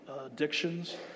addictions